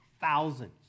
thousands